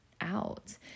out